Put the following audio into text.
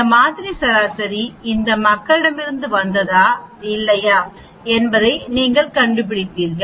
இந்த மாதிரி சராசரி இந்த மக்களிடமிருந்து வந்ததா இல்லையா என்பதை நீங்கள் கண்டுபிடிப்பீர்கள்